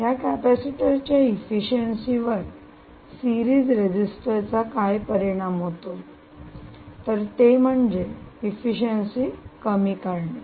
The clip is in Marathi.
या कॅपेसिटर च्या इफिशियन्सी वर सिरीज रेजिस्टर चा काय परिणाम होतो तर ते म्हणजे इफिशियन्सी कमी करणे